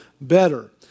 better